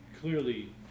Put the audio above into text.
clearly